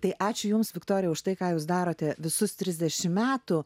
tai ačiū jums viktorija už tai ką jūs darote visus trisdešimt metų